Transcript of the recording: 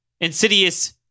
insidious